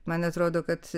man atrodo kad